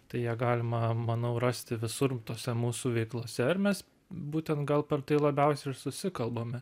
tai ją galima manau rasti visur tose mūsų veiklose ir mes būtent gal per tai labiausiai ir susikalbame